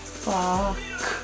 fuck